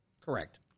Correct